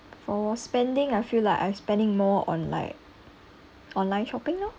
for spending I feel like I spending more on like online shopping lor